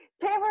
Taylor